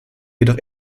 jedoch